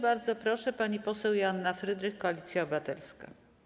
Bardzo proszę, pani poseł Joanna Frydrych, Koalicja Obywatelska.